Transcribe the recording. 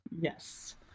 Yes